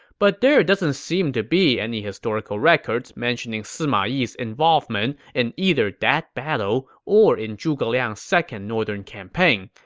but there doesn't seem to be any historical records mentioning sima yi's involvement in either that battle or in zhuge liang's second northern campaign,